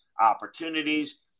opportunities